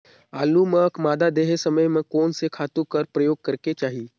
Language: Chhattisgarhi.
आलू ल मादा देहे समय म कोन से खातु कर प्रयोग करेके चाही?